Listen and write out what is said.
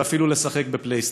ואפילו לשחק בפלייסטיישן.